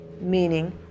meaning